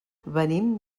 venim